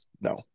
no